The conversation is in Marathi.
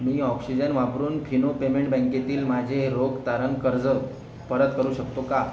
मी ऑक्शिजन वापरून फिनो पेमेंट बँकेतील माझे रोख तारण कर्ज परत करू शकतो का